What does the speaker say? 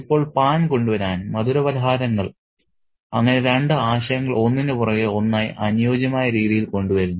ഇപ്പോൾ പാൻ കൊണ്ടുവരാൻ മധുരപലഹാരങ്ങൾ അങ്ങനെ രണ്ട് ആശയങ്ങൾ ഒന്നിനുപുറകെ ഒന്നായി അനുയോജ്യമായ രീതിയിൽ കൊണ്ടുവരുന്നു